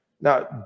Now